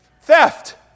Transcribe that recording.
Theft